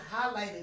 highlighted